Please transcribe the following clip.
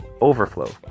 overflow